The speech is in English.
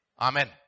Amen